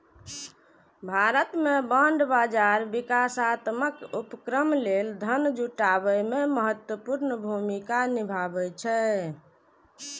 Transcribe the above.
भारत मे बांड बाजार विकासात्मक उपक्रम लेल धन जुटाबै मे महत्वपूर्ण भूमिका निभाबै छै